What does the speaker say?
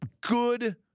Good